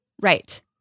Right